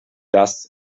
das